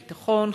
ביטחון,